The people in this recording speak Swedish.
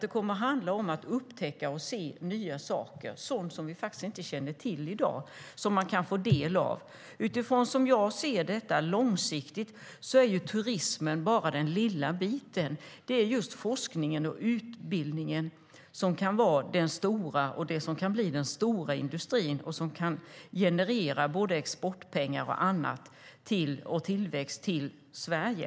Det kommer att handla om att upptäcka och se nya saker, sådant som vi faktiskt inte känner till i dag, som man kan få del av. Ur ett långsiktigt perspektiv är turismen som jag ser det bara en liten bit. Det är forskningen och utbildningen som kan bli den stora industrin och som kan generera både exportpengar och tillväxt till Sverige.